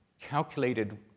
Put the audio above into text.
calculated